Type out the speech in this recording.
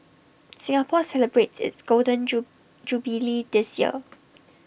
Singapore celebrates its golden Jo jubilee this year